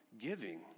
giving